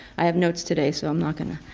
i have notes today so i'm not going to.